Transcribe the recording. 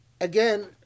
again